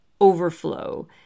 overflow